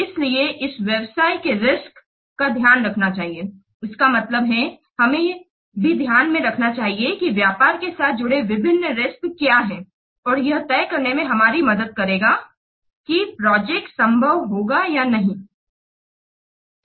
इसलिए इस व्यवसाय के रिस्क का ध्यान रखना चाहिए इसका मतलब है हमें भी ध्यान में रखना चाहिए कि व्यापार के साथ जुड़े विभिन्न रिस्क क्या हैं और यह तय करने में हमारी मदद करेगा कि प्रोजेक्ट संभव होगी या नहीं